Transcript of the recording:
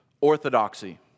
orthodoxy